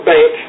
Bank